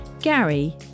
Gary